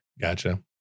Gotcha